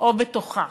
או בתוכה.